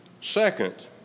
Second